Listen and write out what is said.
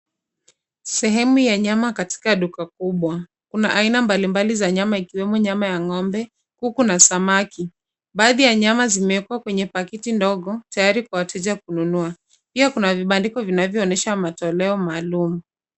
Sehemu ya nyama katika duka kubwa. Kuna aina mbalimbali za nyama ikiwemo nyama ya ng'ombe, kuku na samaki. Baadhi ya nyama zimewekwa kwenye pakiti ndogo tayari ya wateja kununua. Pia kuna vibandiko vinavyoonyesha matoleo maalum.